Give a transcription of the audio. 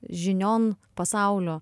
žinion pasaulio